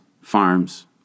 farms